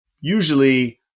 usually